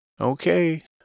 Okay